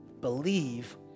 believe